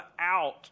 out